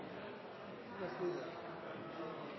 nesten det er.